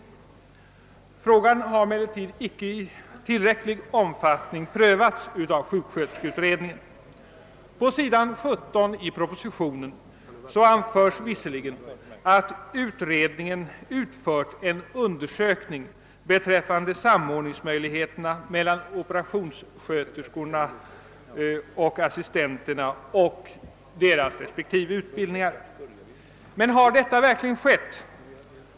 Frågan har emellertid inte i tillräcklig omfattning prövats av sjuksköterskeutredningen. På s. 17 i propositionen anföres visserligen att utredningen utfört en undersökning beträffande möjligheterna att samordna utbildningen mellan operationssköterskor och assistenter, men har detta verkligen skett?